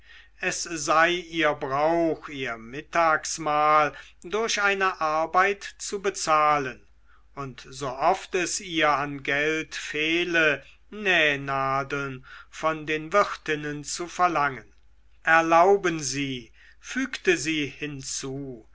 es sei ihr brauch ihr mittagsmahl durch eine arbeit zu bezahlen und sooft es ihr an geld fehle nähnadeln von den wirtinnen zu verlangen erlauben sie fügte sie hinzu